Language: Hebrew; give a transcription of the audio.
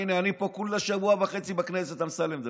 הינה, אני פה כולה שבוע וחצי בכנסת, אמסלם דוד,